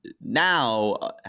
now